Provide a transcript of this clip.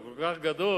שהוא כל כך גדול